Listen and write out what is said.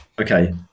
Okay